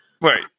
right